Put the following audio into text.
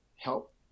help